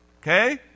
okay